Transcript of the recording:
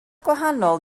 gwahanol